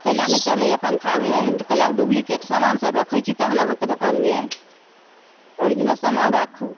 कै ला नहि चलैया पङ्खा एहन एहन कैला डुप्लीकेट समान रखैत छी तहन अहाँकेँ दोकानमे अइ ओरिजिनल समान राखू